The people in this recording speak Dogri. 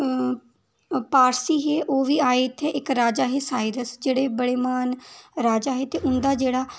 पारसी हे ओह् बी आए इत्थे इक राजा हे साईंदास जेह्ड़े बड़े महान राजा हे ते उं'दा जेह्ड़ा